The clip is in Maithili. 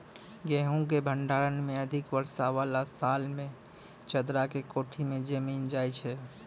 गेहूँ के भंडारण मे अधिक वर्षा वाला साल मे चदरा के कोठी मे जमीन जाय छैय?